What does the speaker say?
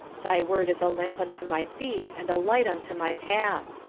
thy word is a lamp unto my feet and a light unto my path.